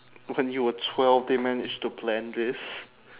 when you were twelve they managed to plan this